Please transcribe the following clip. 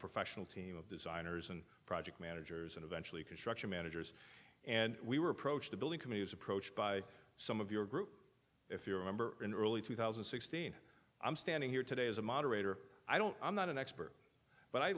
professional team of designers and project managers and eventually construction managers and we were approached the building committee was approached by some of your group if you remember in early two thousand and sixteen i'm standing here today as a moderator i don't i'm not an expert but i